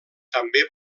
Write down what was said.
també